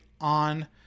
on